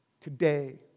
Today